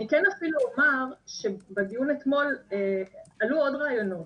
אני כן אפילו אומר שבדיון אתמול עלו עוד רעיונות.